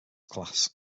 class